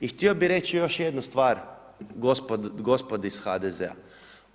I htio bih reći još jednu stvar gospodi iz HDZ-a.